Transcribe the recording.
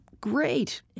great